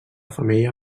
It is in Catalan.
femella